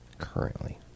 Currently